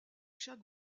chaque